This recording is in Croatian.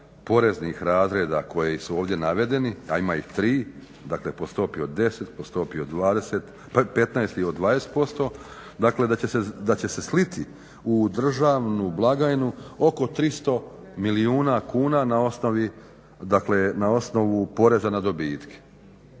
poreznih razreda koji su ovdje navedeni a ima ih tri, po stopi od 10, po stopi od 15 i od 20%, dakle da će se sliti u državnu blagajnu oko 300 milijuna kuna na osnovu poreza na dobitke.